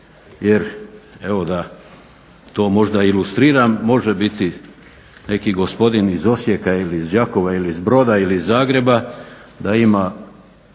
jer evo da to možda ilustriram, može biti neki gospodin iz Osijeka ili iz Đakova ili iz Broda ili iz Zagreba, da ima